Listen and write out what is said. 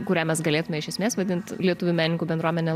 kurią mes galėtume iš esmės vadint lietuvių menininkų bendruomene